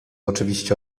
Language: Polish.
oczywiście